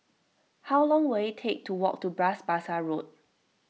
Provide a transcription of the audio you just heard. how long will it take to walk to Bras Basah Road